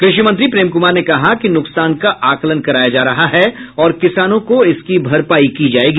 कृषि मंत्री प्रेम कुमार ने कहा नुकसान का आकलन कराया जा रहा है और किसानों को इसकी भरपाई की जायेगी